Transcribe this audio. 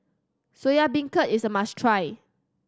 Soya Beancurd is a must try